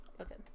Okay